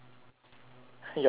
your back injured